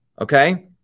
okay